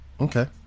Okay